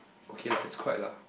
okay lah it's quite lah